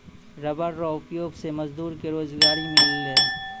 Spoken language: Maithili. रबर रो उपयोग से मजदूर के रोजगारी मिललै